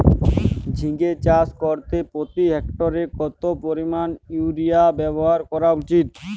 ঝিঙে চাষ করতে প্রতি হেক্টরে কত পরিমান ইউরিয়া ব্যবহার করা উচিৎ?